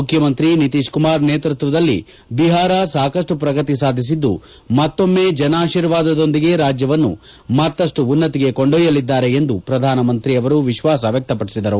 ಮುಖ್ಯಮಂತ್ರಿ ನಿತೀಶ್ ಕುಮಾರ್ ನೇತೃತ್ವದಲ್ಲಿ ಬಿಹಾರ ಸಾಕಷ್ಟು ಪ್ರಗತಿ ಸಾಧಿಸಿದ್ದು ಮತ್ತೊಮ್ಮೆ ಜನಾಶೀರ್ವಾದದೊಂದಿಗೆ ರಾಜ್ಯವನ್ನು ಮತ್ತಷ್ಟು ಉನ್ನತಿಗೆ ಕೊಂಡೊಯ್ಯಲಿದ್ದಾರೆ ಎಂದು ಪ್ರಧಾನಮಂತ್ರಿ ಅವರು ವಿಶ್ವಾಸ ವ್ಯಕ್ತಪಡಿಸಿದರು